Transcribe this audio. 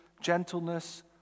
gentleness